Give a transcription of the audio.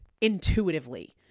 intuitively